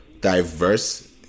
diverse